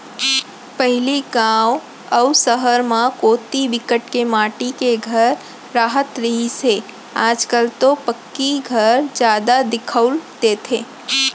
पहिली गाँव अउ सहर म कोती बिकट के माटी के घर राहत रिहिस हे आज कल तो पक्की घर जादा दिखउल देथे